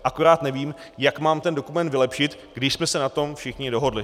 Akorát nevím, jak mám ten dokument vylepšit, když jsme se na tom všichni dohodli.